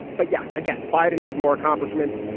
but yes, again, biden has more accomplishments.